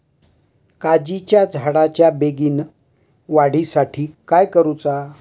काजीच्या झाडाच्या बेगीन वाढी साठी काय करूचा?